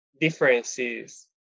differences